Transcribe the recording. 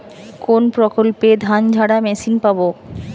কোনপ্রকল্পে ধানঝাড়া মেশিন পাব?